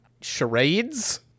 Charades